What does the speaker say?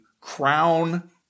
crown